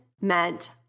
meant